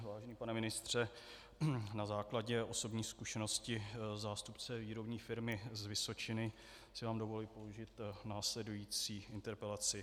Vážený pane ministře, na základě osobní zkušenosti zástupce výrobní firmy z Vysočiny si vám dovoluji položit následující interpelaci.